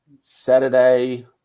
Saturday